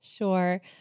Sure